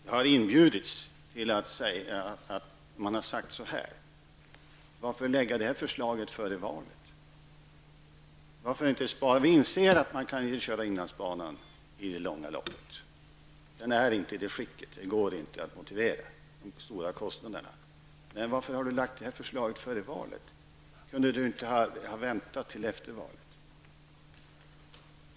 Man har sagt så här: Varför lägga det här förslaget före valet? Vi inser att man inte kan fortsätta att driva inlandsbanan i det långa loppet. Den är inte i det skicket att det går att motivera de stora kostnaderna för detta. Men varför har du lagt fram det här före valet? Kunde du inte ha väntat till efter valet?